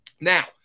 Now